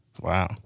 Wow